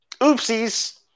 Oopsies